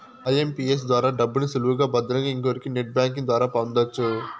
IMPS ద్వారా డబ్బుని సులువుగా భద్రంగా ఇంకొకరికి నెట్ బ్యాంకింగ్ ద్వారా పొందొచ్చు